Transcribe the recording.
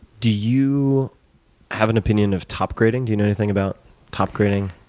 do you have an opinion of top grading? do you know anything about top grading?